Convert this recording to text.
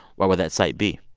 what would that site be?